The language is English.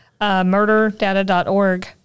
murderdata.org